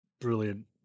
Brilliant